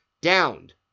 downed